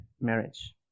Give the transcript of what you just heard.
marriage